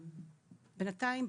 בינתיים,